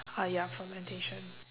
uh ya fermentation